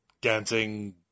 dancing